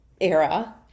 era